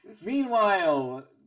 Meanwhile